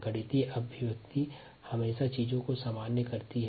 गणितीय अभिव्यक्ति हमेशा वस्तुस्थिति को सामान्य करती है